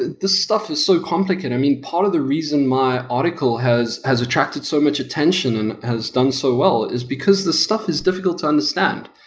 this stuff is so complicated. i mean, part of the reason my article has has attracted so much attention and has done so well is because this stuff is difficult to understand.